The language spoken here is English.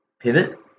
pivot